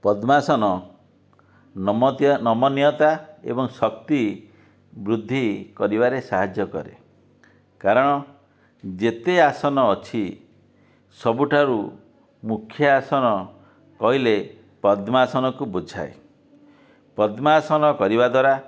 ପଦ୍ମାସନ ନମତୀୟ ନମନୀୟତା ଏବଂ ଶକ୍ତି ବୃଦ୍ଧି କରିବାରେ ସାହାଯ୍ୟ କରେ କାରଣ ଯେତେ ଆସନ ଅଛି ସବୁଠାରୁ ମୁଖ୍ୟ ଆସନ କହିଲେ ପଦ୍ମାସନକୁ ବୁଝାଏ ପଦ୍ମାସନ କରିବା ଦ୍ୱାରା